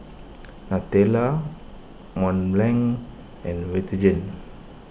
Nutella Mont Blanc and Vitagen